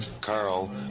Carl